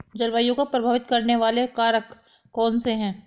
जलवायु को प्रभावित करने वाले कारक कौनसे हैं?